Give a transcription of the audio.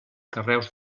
carreus